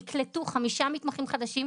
נקלטו חמישה מתמחים חדשים,